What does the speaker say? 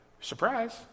surprise